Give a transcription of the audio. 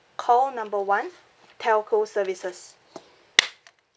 call number one telco services